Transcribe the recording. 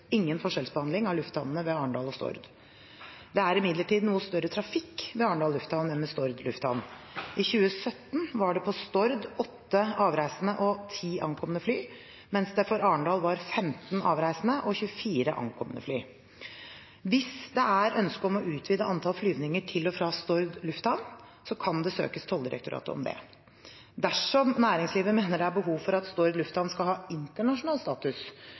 ingen forskjellsbehandling av lufthavnene ved Arendal og Stord. Det er imidlertid noe større trafikk ved Arendal lufthavn enn ved Stord lufthavn. I 2017 var det på Stord 8 avreisende og 10 ankommende fly, mens det for Arendal var 15 avreisende og 24 ankommende fly. Hvis det er ønske om å utvide antall flyvninger til og fra Stord lufthavn, kan det søkes Tolldirektoratet om det. Dersom næringslivet mener det er behov for at Stord lufthavn skal ha internasjonal status,